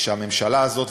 ושהממשלה הזאת,